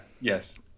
yes